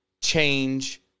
change